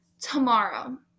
tomorrow